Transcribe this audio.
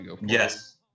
Yes